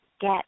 get